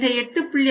இந்த 8